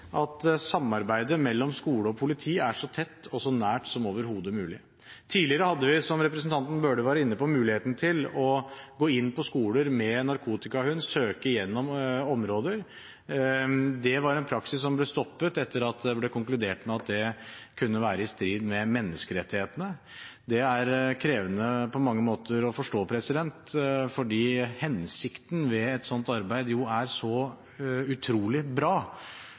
at samarbeidet mellom skole og politi er så tett og så nært som overhodet mulig. Tidligere hadde vi, som representanten Bøhler var inne på, muligheten til å gå inn på skoler med narkotikahund og søke gjennom områder. Det var en praksis som ble stoppet, etter at det ble konkludert med at det kunne være i strid med menneskerettighetene. Det er på mange måter krevende å forstå, fordi hensikten med et sånt arbeid jo er så utrolig bra.